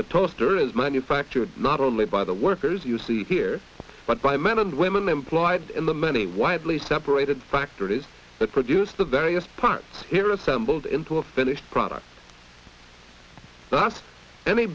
the toaster is manufactured not only by the workers you see here but by men and women employed in the many widely separated factories that produce the various parts here assembled into a finished product